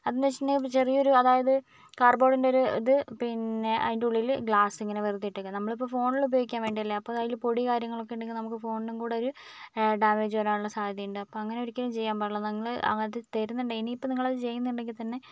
അതെന്ന് വെച്ചിട്ടുണ്ടെങ്കിൽ ചെറിയൊരു അതായത് കാർബോഡിന്റെ ഒരു ഇത് പിന്നെ അതിന്റെ ഉള്ളിൽ ഗ്ലാസ് ഇങ്ങനെ വെറുതെ ഇട്ടേക്കുന്നു നമ്മളിപ്പോൾ ഫോണിൽ ഉപയോഗിക്കാൻ വേണ്ടിയല്ലേ അപ്പോൾ അതിൽ പൊടി കാര്യങ്ങളൊക്കെ ഉണ്ടെങ്കിൽ നമുക്ക് ഫോണിനും കൂടെ ഒരു ഡാമേജ് വരാനുള്ള സാധ്യത ഉണ്ട് അപ്പോൾ അങ്ങനെ ഒരിക്കലും ചെയ്യാൻ പാടില്ല നിങ്ങൾ അത് തരുന്നുണ്ടെങ്കിൽ ഇനിയിപ്പം നിങ്ങളത് ചെയ്യുന്നുണ്ടെങ്കിൽ തന്നെ